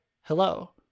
hello